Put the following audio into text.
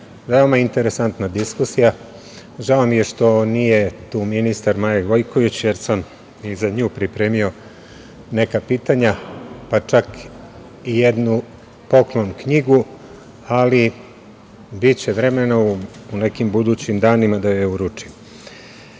veoma interesantna diskusija. Žao mi je što nije tu ministar Maja Gojković, jer sam i za nju pripremio neka pitanja, pa čak i jednu poklon knjigu, ali, biće vremena u nekim budućim danima da joj uručim. Svima